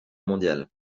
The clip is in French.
mondiale